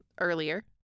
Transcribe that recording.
earlier